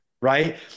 right